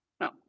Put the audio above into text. No